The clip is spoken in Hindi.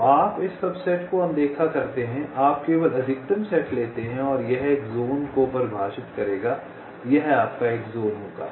तो आप इस सबसेट को अनदेखा करते हैं आप केवल अधिकतम सेट लेते हैं और यह एक ज़ोन को परिभाषित करेगा यह आपका एक ज़ोन होगा